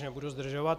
Nebudu už zdržovat.